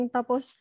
Tapos